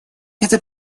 это